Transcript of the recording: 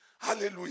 hallelujah